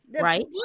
right